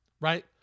right